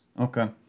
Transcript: Okay